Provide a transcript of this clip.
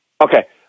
Okay